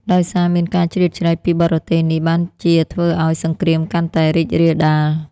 ដោយសារមានការជ្រៀតជ្រែកពីបរទេសនេះបានជាធ្វើឱ្យសង្គ្រាមកាន់តែរីករាលដាល។